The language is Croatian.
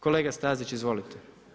Kolega Stazić izvolite.